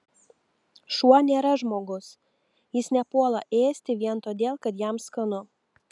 šuo nėra žmogus jis nepuola ėsti vien todėl kad jam skanu